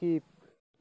skip